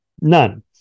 none